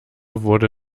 wurde